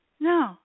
No